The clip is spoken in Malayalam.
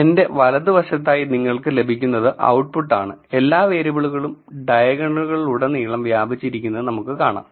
എന്റെ വലതുവശത്തതായി നിങ്ങൾക്ക് ലഭിക്കുന്നത് ഔട്ട്പുട്ടാണ് എല്ലാ വേരിയബിളുകളും ഡയഗണലുകളിലുടനീളം വ്യാപിച്ചിരിക്കുന്നത് നമുക്ക് കാണാം